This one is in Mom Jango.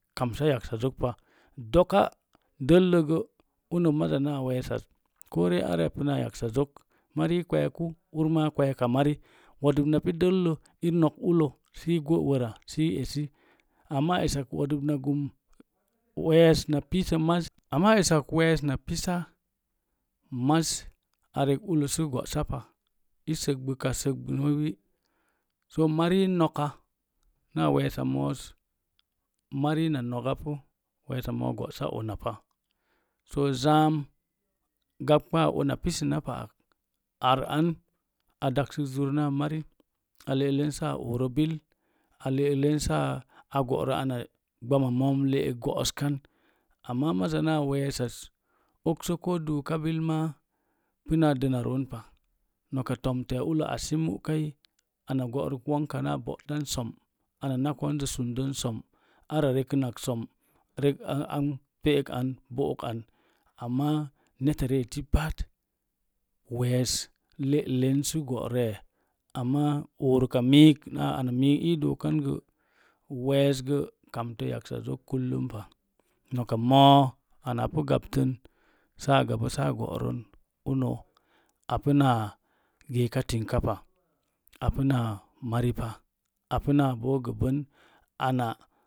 doka dəlləgə unə mazza naa weesas ko ree araya puna yaksazok kweku urma kweka mari woonb na pu dəllə i go wəra sə i esi amma esak wodub na gum wees na pisə maz amma esak wees na pisa maz arek ullə sə go'sapa i səgɓakasəgɓəwi so mari noka naa weesa moos marina nogapu weesa moos go'sa una paso zaam una pisəna pa ak ar an a daksə zur naa mari sa oro bil a le'ek len saa a go'ro ana gɓama moom le'ek go'oskan amma mazza naa weesas okso ko duuka bil ma pinnaa dəna roon pa noka tomtea ullə assi mu'kai ana bo'rək wonka naa bo'tan som a nakon zən som ara rekəna som rek a an, pe'ek an bo'ok an amma neta ri eti pat wees le'len sə go'roe amma oruka miik onaa ana mii ii dooka mukangə weesgə kamtə yaksa zok kullum pa noka moo ana apu gaptən saa gabə saa go'rən uno apu naa geeka tingkapa apuna mari pa apun ana